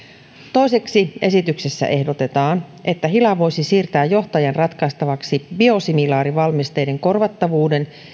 toiseksi esityksessä ehdotetaan että hila voisi siirtää johtajan ratkaistavaksi biosimilaarivalmisteen korvattavuuden